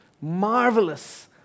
marvelous